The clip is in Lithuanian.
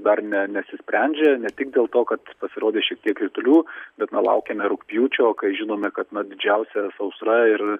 dar ne nesisprendžia ne tik dėl to kad pasirodė šiek tiek kritulių bet na laukiame rugpjūčio kai žinome kad na didžiausia sausra ir